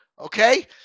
okay